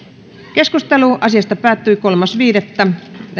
keskustelu asiasta päättyi kolmas viidettä kaksituhattakahdeksantoista